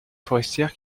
forestières